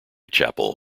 chapel